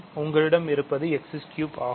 உங்களிடம் இருப்பது x3 ஆகும்